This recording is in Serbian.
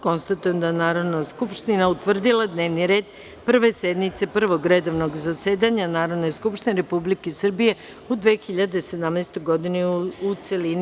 Konstatujem da je Narodna skupština utvrdila dnevni red Prve sednice Prvog redovnog zasedanja Narodne skupštine Republike Srbije u 2017. godini, u celini.